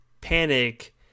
panic